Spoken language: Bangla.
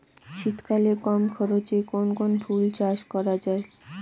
শীতকালে কম খরচে কোন কোন ফুল চাষ করা য়ায়?